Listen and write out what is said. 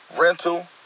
rental